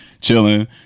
chilling